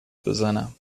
بزنم